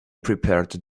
prepared